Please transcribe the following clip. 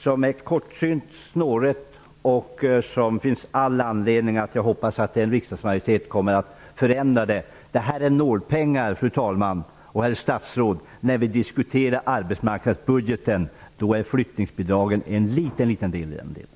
Det är kortsynt och snårigt, och det finns all anledning att hoppas att en riksdagsmajoritet kommer att ändra det. Det handlar om nålpengar, fru talman och herr statsråd. Flyttningsbidragen är bara en liten del i arbetsmarknadsbudgeten.